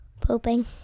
Pooping